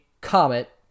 Comet